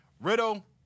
Riddle